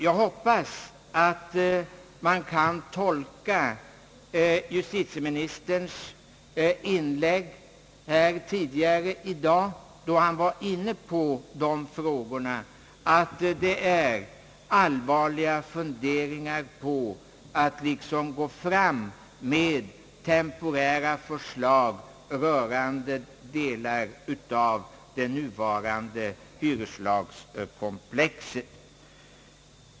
Jag hoppas att man kan tolka justieministerns inlägg här tidigare i dag, då han var inne på dessa frågor, så att man har allvarliga funderingar på att gå fram med temporära förslag rörande delar av det nuvarande hyreslagskomplexet.